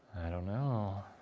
i don't know.